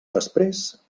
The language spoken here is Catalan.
després